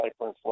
hyperinflation